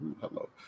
Hello